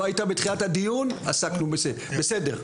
לא היית בתחילת הדיון, עסקנו בזה, בסדר.